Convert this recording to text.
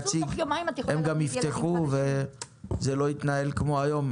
הם גם יפתחו זה לא יתנהל כמו היום,